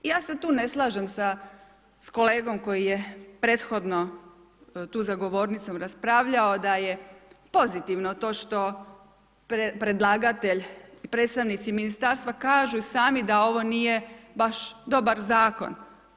Ja se tu ne slažem sa kolegom koji je prethodno tu za govornicom raspravljao, da je pozitivno to što predlagatelj, predstavnici ministarstva kažu i sami da ovo nije baš dobar zakon.